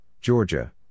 Georgia